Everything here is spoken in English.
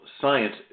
science